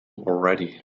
already